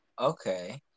Okay